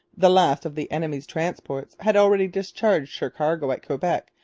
the last of the enemy's transports had already discharged her cargo at quebec,